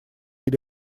или